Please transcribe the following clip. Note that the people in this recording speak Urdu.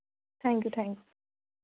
thank you thank